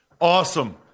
Awesome